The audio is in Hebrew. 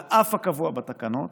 על אף הקבוע בתקנות,